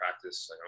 practice